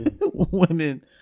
Women